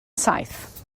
saith